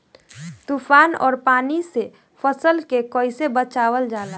तुफान और पानी से फसल के कईसे बचावल जाला?